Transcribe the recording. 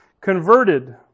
converted